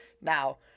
Now